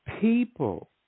People